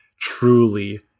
truly